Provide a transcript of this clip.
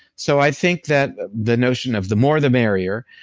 so i think that the notion of the more the merrier,